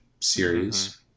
series